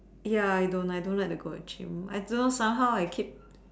ya I don't I don't like to go to gym I don't know somehow I keep